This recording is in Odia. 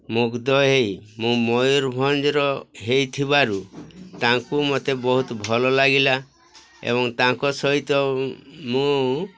ମୁଗ୍ଧ ହେଇ ମୁଁ ମୟୂରଭଞ୍ଜର ହେଇଥିବାରୁ ତାଙ୍କୁ ମୋତେ ବହୁତ ଭଲ ଲାଗିଲା ଏବଂ ତାଙ୍କ ସହିତ ମୁଁ